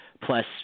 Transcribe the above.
plus